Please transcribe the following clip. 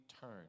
turn